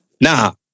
Now